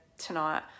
tonight